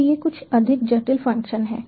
तो ये कुछ अधिक जटिल फंक्शन हैं